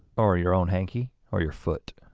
or your own hanky or your foot.